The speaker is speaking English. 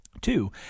Two